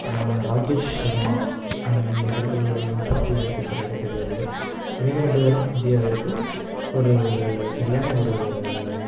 ராகேஷ் ஷர்மா இவர்கள் பற்றி எனக்கு சரியாக தெரியவில்லை இவங்க ரெண்டுபேரும் இந்தியாவிற்கு ஒரு சரியான ஒரு